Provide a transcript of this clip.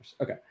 Okay